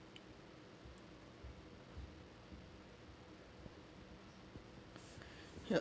ya